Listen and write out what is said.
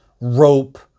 rope